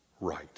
right